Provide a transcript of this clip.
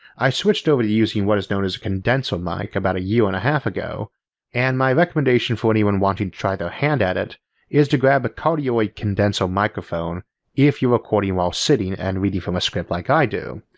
i switched over to using what's known as a condenser mic about a year and a half ago and my recommendation for anyone wanting to try their hand at it is to grab a cardoid condenser microphone if you're recording while sitting and reading from a script like i do.